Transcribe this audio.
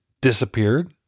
disappeared